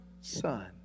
Son